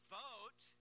vote